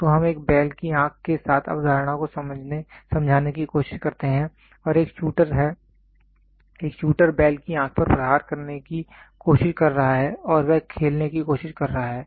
तो हम एक बैल की आंख के साथ अवधारणा को समझाने की कोशिश करते हैं और एक शूटर है एक शूटर बैल की आंख पर प्रहार करने की कोशिश कर रहा है और वह खेलने की कोशिश कर रहा है